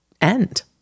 end